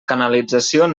canalització